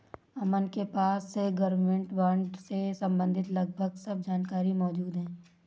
अमन के पास government bond से सम्बंधित लगभग सब जानकारी मौजूद है